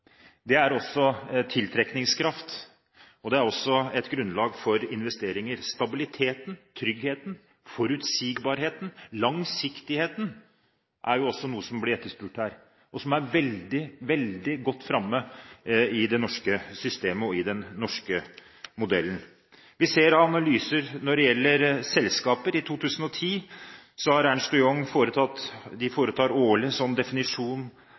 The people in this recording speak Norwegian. Det er tiltrekningskraft. Det er også et grunnlag for investeringer. Stabiliteten, tryggheten, forutsigbarheten og langsiktigheten er også noe som blir etterspurt her, og som er veldig godt framme i det norske systemet og i den norske modellen. Vi ser av analyser når det gjelder selskaper, følgende: Ernst & Young vurderer årlig vekstselskaper ut fra sin egen definisjon. I 2010